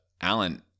Alan